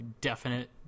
definite